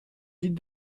dites